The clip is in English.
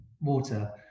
water